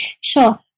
Sure